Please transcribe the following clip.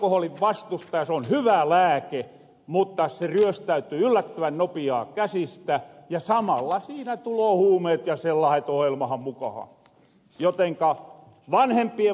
se on hyvä lääke mutta se ryöstäytyy yllättävän nopiaa käsistä ja samalla siinä tuloo huumeet ja sellaaset ohjelmahan mukahan jotenka vanhempien vastuuta korostaasin